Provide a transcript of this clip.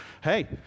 Hey